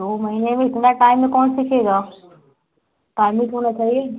दो महीने में इतना टाइम में कौन सीखेगा टाइम भी तो होना चाहिए